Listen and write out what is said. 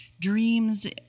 dreams